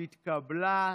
התקבלה,